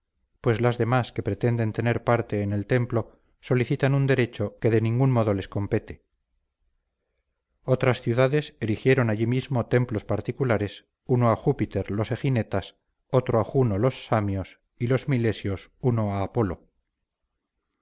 pues las demás que pretenden tener parte en el templo solicitan un derecho que de ningún modo les compete otras ciudades erigieron allí mismo templos particulares uno a júpiter los eginetas otro a juno los samios y los milesios uno a apolo